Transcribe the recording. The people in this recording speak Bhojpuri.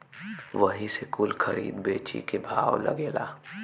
वही से कुल खरीद बेची के भाव लागेला